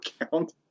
account